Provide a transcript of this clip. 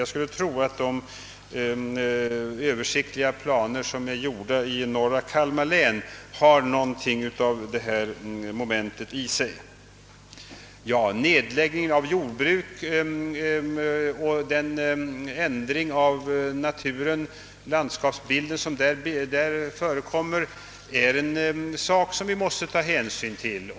Jag skulle tro att de översiktliga planer som gjorts upp i norra Kalmar län innehåller något av denna inriktning. Nedläggningen av jordbruk och den ändring av naturen och landskapsbilden som följer därav måste vi också ta hänsyn till.